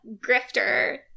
grifter